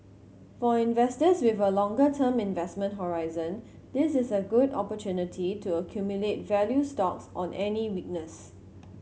for investors with a longer term investment horizon this is a good opportunity to accumulate value stocks on any weakness